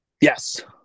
yes